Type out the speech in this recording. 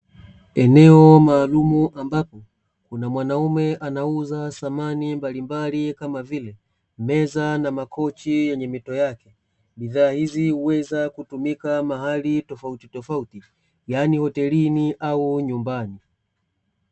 Eneo maalumu ambapo, kuna mwanaume anauza samani mbali mbali Kama vile, meza na makochi yenye mito yake, bidhaa hizi uweza kutumika mahali tofauti tofauti yani hotelini au nyumbani.